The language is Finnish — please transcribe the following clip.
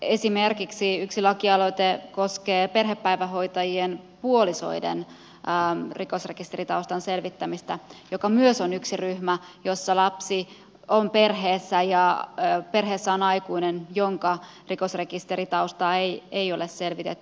esimerkiksi yksi lakialoite koskee perhepäivähoitajien puolisoiden rikosrekisteritaustan selvittämistä joka myös on yksi ryhmä jossa lapsi on perheessä ja perheessä on aikuinen jonka rikosrekisteritaustaa ei ole selvitetty